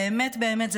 זה באמת באמת מרגש.